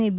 અને બી